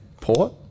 Port